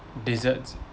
desserts